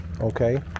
Okay